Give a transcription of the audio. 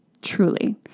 truly